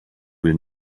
will